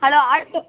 hello auto